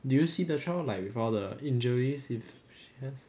did you see the child like with all the injuries if yes